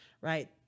right